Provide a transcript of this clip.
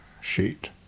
sheet